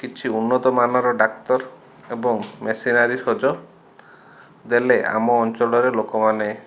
କିଛି ଉନ୍ନତମାନର ଡାକ୍ତର ଏବଂ ମେସିନାରୀ ସଜ ଦେଲେ ଆମ ଅଞ୍ଚଳରେ ଲୋକମାନେ